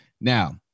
Now